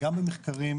גם במחקרים,